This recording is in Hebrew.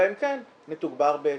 אלא אם כן נתוגבר בהתאם.